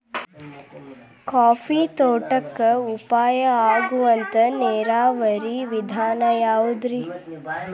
Coffee ತೋಟಕ್ಕ ಉಪಾಯ ಆಗುವಂತ ನೇರಾವರಿ ವಿಧಾನ ಯಾವುದ್ರೇ?